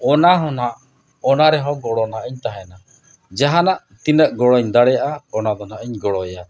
ᱚᱱᱟ ᱦᱚᱸ ᱦᱟᱸᱜ ᱚᱱᱟ ᱨᱮᱦᱚᱸ ᱜᱚᱲᱚ ᱦᱟᱸᱜ ᱤᱧ ᱛᱟᱦᱮᱱᱟ ᱡᱟᱦᱟᱱᱟᱜ ᱛᱤᱱᱟᱹᱜ ᱜᱚᱲᱚᱧ ᱫᱟᱲᱮᱭᱟᱜᱼᱟ ᱚᱱᱟ ᱫᱚ ᱦᱟᱸᱜ ᱤᱧ ᱜᱚᱲᱚᱣᱟᱭᱟ